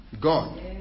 God